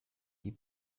die